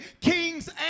kings